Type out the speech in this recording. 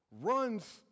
runs